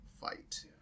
fight